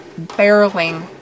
barreling